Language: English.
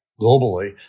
globally